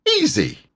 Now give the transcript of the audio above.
easy